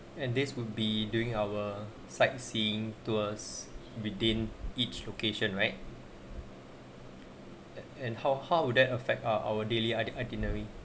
and this would be during our sightseeing tours within each location right and how how would that affect ah our daily itinerary